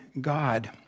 God